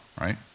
right